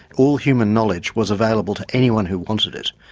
all human knowledge was available to anyone who wanted it.